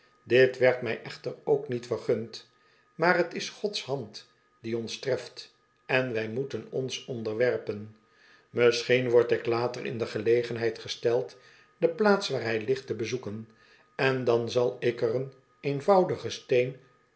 dit werd mij echter ook niet vergund maar t is gods hand die ons treft en wij moeten ons onderwerpen misschien word ik later in de gelegenheid gesteld de plaats waar hij ligt te bezoeken en dan zal ik er een eenvoudigen steen